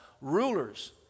rulers